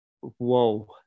whoa